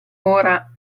ora